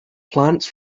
plants